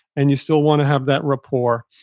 and you still want to have that rapport.